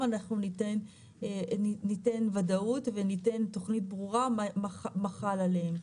אנחנו ניתן וודאות וניתן תוכנית ברורה מה חל עליהם.